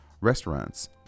restaurants